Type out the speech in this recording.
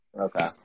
Okay